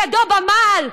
ידו במעל,